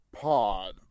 pod